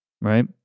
right